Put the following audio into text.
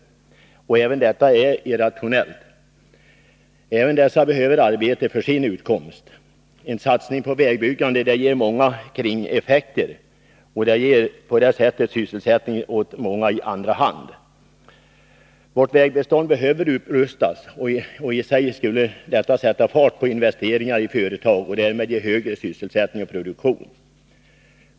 Också detta är irrationellt. Även de behöver arbete för sin utkomst. En satsning på vägbyggandet ger många kringeffekter och därmed sysselsättning åt många i andra hand. Vårt vägbestånd behöver rustas upp. Det skulle i sig sätta fart på investeringar i företag och därmed ge högre sysselsättning och produktion.